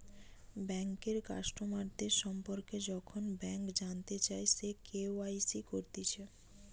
বেঙ্কের কাস্টমারদের সম্পর্কে যখন ব্যাংক জানতে চায়, সে কে.ওয়াই.সি করতিছে